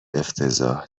افتضاح